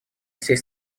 всей